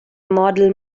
model